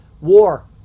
war